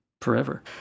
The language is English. forever